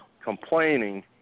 complaining